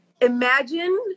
Imagine